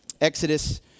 Exodus